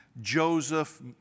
Joseph